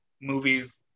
movies